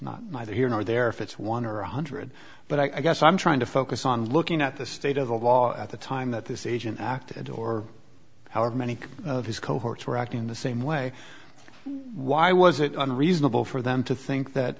not neither here nor there if it's one or one hundred but i guess i'm trying to focus on looking at the state of the law at the time that this agent acted or however many of his cohorts were acting the same way why was it unreasonable for them to think